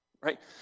Right